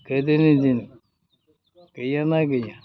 गोदोनि दिनाव गैयाना गैया